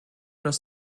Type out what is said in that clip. das